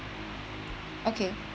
okay